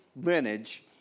lineage